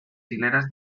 hileras